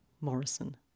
Morrison